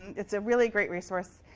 it's a really great resource.